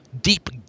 deep